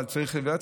אבל צריך לדעת.